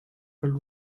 world